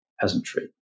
peasantry